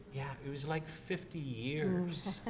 yeah, it was like fifty years.